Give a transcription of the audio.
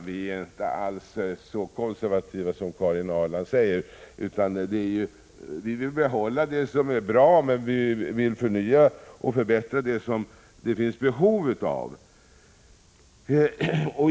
Vi är inte alls så konservativa som Karin Ahrland säger, utan vi vill behålla det som är bra och förnya och förbättra där det behövs.